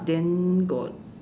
then got